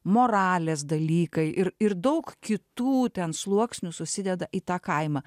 moralės dalykai ir ir daug kitų ten sluoksnių susideda į tą kaimą